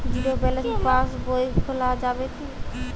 Zero balance পাশ বই খোলা যাবে কি?